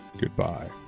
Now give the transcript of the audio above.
Goodbye